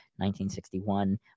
1961